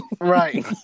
Right